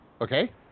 Okay